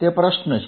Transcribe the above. તે પ્રશ્ન છે